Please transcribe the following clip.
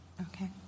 Okay